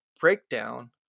breakdown